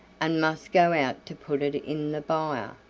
and must go out to put it in the byre.